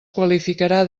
qualificarà